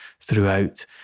throughout